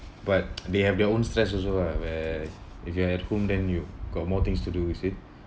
but they have their own stress also lah where if you are at home then you got more things to do you see